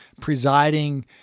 presiding